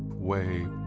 way,